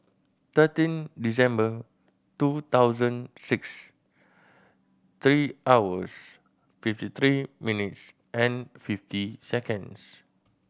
thirteen December two thousand six three hours fifty three minutes and fifty seconds